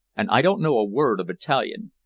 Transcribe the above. and i don't know a word of italian.